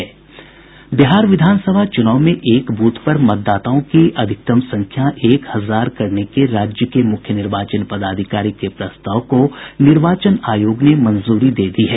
बिहार विधानसभा चुनाव में एक बूथ पर मतदाताओं की अधिकतम संख्या एक हजार करने के राज्य के मुख्य निर्वाचन पदाधिकारी के प्रस्ताव को निर्वाचन आयोग ने मंजूरी दे दी है